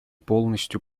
полностью